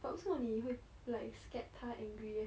but 为什么你会 like scared 他 angry eh